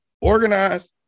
Organize